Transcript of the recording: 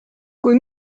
kui